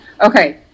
Okay